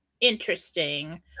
interesting